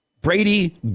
Brady